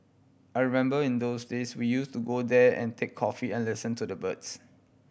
I remember in those days we use to go there and take coffee and listen to the birds